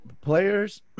players